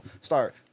start